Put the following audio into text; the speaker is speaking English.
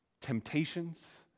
temptations